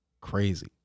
crazy